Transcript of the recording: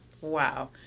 Wow